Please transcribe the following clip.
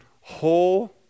whole